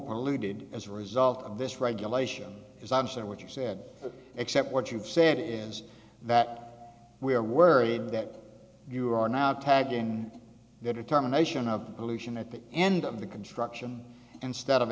polluted as a result of this regulation is i'm sure what you said except what you've said is that we are worried that you are now tag and the determination of pollution at the end of the construction instead of